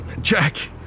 Jack